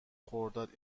خرداد